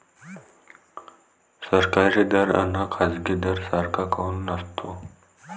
सरकारी दर अन खाजगी दर सारखा काऊन नसतो?